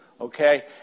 Okay